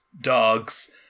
dogs